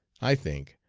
i think,